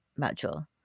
module